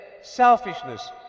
selfishness